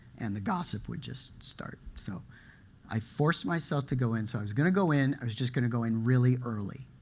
and the gossip would just start. so i forced myself to go in. so i was going to go in, i was just going to go in really early